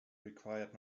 required